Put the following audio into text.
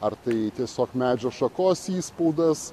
ar tai tiesiog medžio šakos įspaudas